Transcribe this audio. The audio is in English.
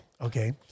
Okay